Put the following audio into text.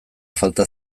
falta